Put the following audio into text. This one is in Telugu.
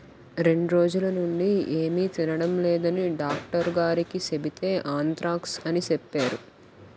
రెండ్రోజులనుండీ ఏమి తినడం లేదని డాక్టరుగారికి సెబితే ఆంత్రాక్స్ అని సెప్పేరు